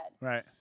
Right